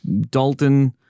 Dalton